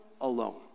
alone